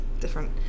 Different